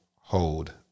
Hold